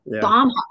bomb